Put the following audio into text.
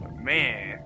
man